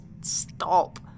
stop